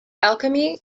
alchemy